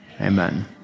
Amen